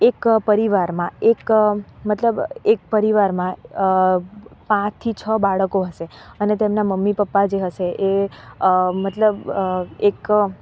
એક પરિવારમાં એક મતલબ એક પરિવારમાં પાંચથી છ બાળકો હશે અને તેમના મમ્મી પપ્પા જે હશે એ મતલબ એક